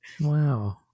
Wow